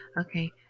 Okay